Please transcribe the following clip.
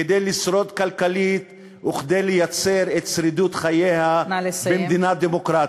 כדי לשרוד כלכלית וכדי לייצר את שרידות חייה במדינה דמוקרטית.